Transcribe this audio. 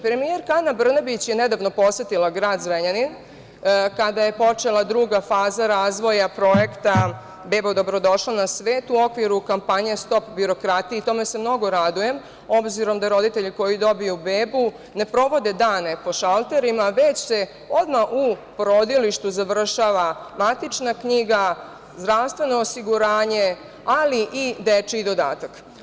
Premijerka Ana Brnabić je nedavno posetila grad Zrenjanin kada je počela druga faza razvoja projekta „Bebo dobrodošla na svet“ u okviru kampanje „Stop birokratiji“ i tome se mnogo radujem, s obzirom da roditelji koji dobiju bebu ne provode dane po šalterima, već se odmah u porodilištu završava matična knjiga, zdravstveno osiguranje, ali i dečji dodatak.